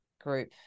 group